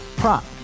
prop